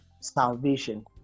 salvation